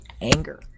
anger